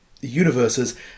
universes